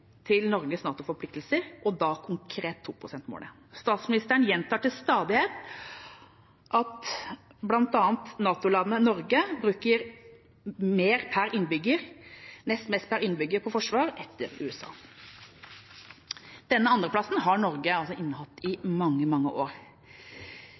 til Norges NATO-forpliktelser – og da konkret 2-prosentmålet. Statsministeren gjentar til stadighet at blant NATO-landene bruker Norge per innbygger nest mest på forsvar, etter USA. Denne andreplassen har Norge innehatt i